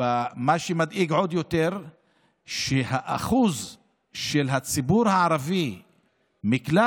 מה שמדאיג עוד יותר הוא שהאחוז של הציבור הערבי בכלל